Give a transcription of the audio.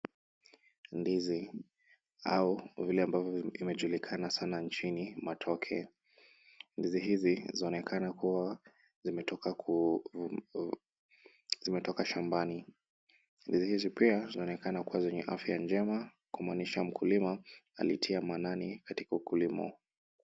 Ndizi au vile ambavyo imejulikana nchini matoke. Ndizi hizi zinaonekana kua zimetoka shambani. Ndizi hizi pia zinaonekana kuwa zenye afya njema kumaaniasha mkulima alitia maanani katika ukulima.